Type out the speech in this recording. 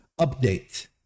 update